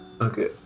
Okay